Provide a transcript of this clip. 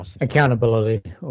accountability